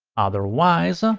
otherwise,